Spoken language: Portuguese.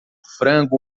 frango